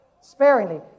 Sparingly